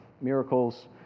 miracles